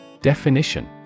Definition